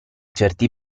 certi